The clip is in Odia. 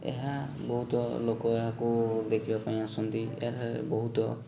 ଏହା ବହୁତ ଲୋକ ଏହାକୁ ଦେଖିବା ପାଇଁ ଆସନ୍ତି ଏହା ବହୁତ